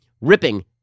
ripping